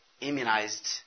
immunized